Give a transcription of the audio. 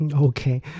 Okay